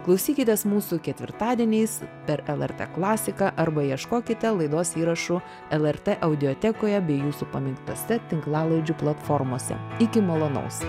klausykitės mūsų ketvirtadieniais per lrt klasiką arba ieškokite laidos įrašų lrt audiotekoje bei jūsų pamėgtose tinklalaidžių platformose iki malonaus